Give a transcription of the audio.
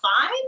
fine